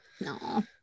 No